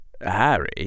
Harry